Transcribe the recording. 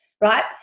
right